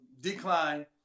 decline